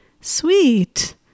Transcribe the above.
Sweet